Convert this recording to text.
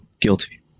guilty